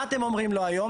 מה אתם אומרים לו היום?